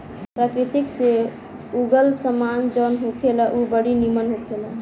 प्रकृति से उगल सामान जवन होखेला उ बड़ी निमन होखेला